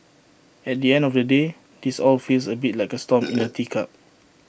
at the end of the day this all feels A bit like A storm in A teacup